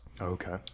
Okay